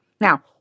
Now